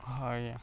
ହଁ ଆଜ୍ଞା